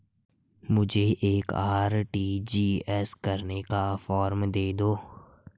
मुझे एक आर.टी.जी.एस करने का फारम दे दो?